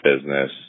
business